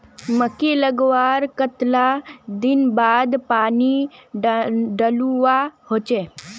मकई लगवार कतला दिन बाद पानी डालुवा होचे?